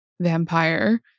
vampire